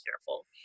careful